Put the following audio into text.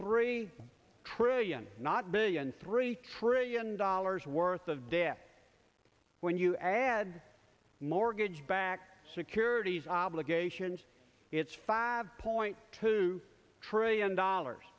three trillion not billion three trillion dollars worth of debt when you add mortgage backed securities obligations it's five point two trillion dollars